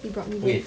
he brought me here